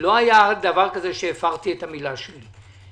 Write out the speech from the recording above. לא היה דבר כזה שהפרתי את המילה שלי.